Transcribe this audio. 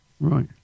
Right